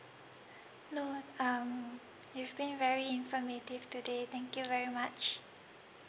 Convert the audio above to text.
no um you've been very informative today thank you very much